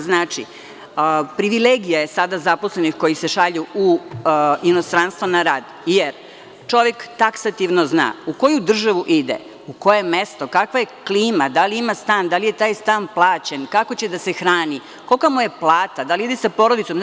Znači, privilegija je sada zaposlenih koji se šalju u inostranstvo na rad, jer čovek taksativno zna u koju državu ide, u koje mesto, kakva je klima, da li ima stan, da li je taj stan plaćen, kako će da se hrani, kolika mu je plata, da li ide sa porodicom, itd.